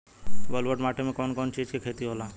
ब्लुअट माटी में कौन कौनचीज के खेती होला?